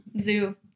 Zoo